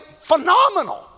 phenomenal